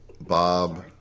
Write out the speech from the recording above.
Bob